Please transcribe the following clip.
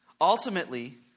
Ultimately